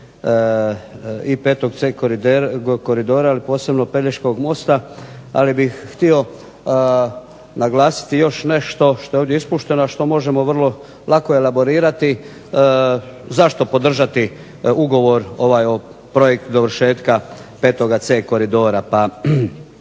i VC koridora, ali posebno pelješkog mosta, ali bih htio naglasiti još nešto što je ovdje ispušteno, a što možemo vrlo lako elaborirati zašto podržati ugovor ovaj o projektu dovršetka VC koridora.